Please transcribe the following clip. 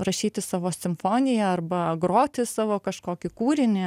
rašyti savo simfoniją arba groti savo kažkokį kūrinį